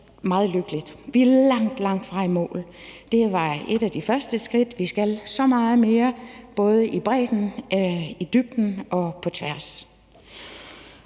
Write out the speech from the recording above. meget lykkeligt. Vi er meget langtfra at være i mål. Det var et af de første skridt, og vi skal så meget mere, både i bredden, i dybden og på tværs.